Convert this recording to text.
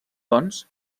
doncs